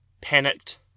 panicked